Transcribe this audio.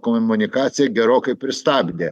komunikaciją gerokai pristabdė